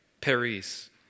Paris